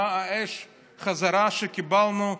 מה האש בחזרה שקיבלנו,